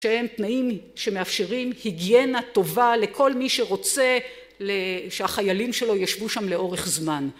שהם תנאים שמאפשרים היגיינה טובה לכל מי שרוצה שהחיילים שלו ישבו שם לאורך זמן